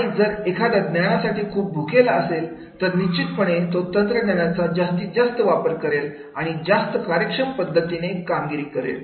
आणि जर एखादा ज्ञानासाठी खूप भुकेलेला असेल तर निश्चितपणे तो तंत्रज्ञानाचा जास्तीत जास्त वापर करेल आणि जास्त कार्यक्षम पद्धतीने कामगिरी करेल